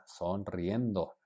sonriendo